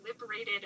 liberated